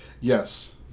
Yes